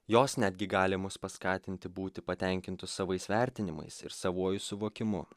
jos netgi gali mus paskatinti būti patenkintu savais vertinimais ir savuoju suvokimu